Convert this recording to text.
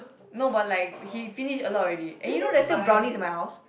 no but like he finish a lot already and you know there's still brownies in my house